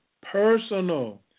personal